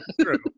True